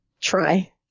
try